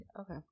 Okay